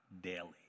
daily